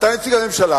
אתה נציג הממשלה